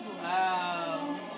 Wow